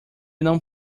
não